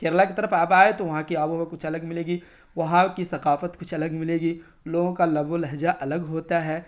کیرلا کے طرف آپ آئیں تو وہاں کی آب و ہوا کچھ الگ ملے گی وہاں کی ثقافت کچھ الگ ملے گی لوگوں کا لب و لہجہ الگ ہوتا ہے